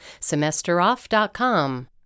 SemesterOff.com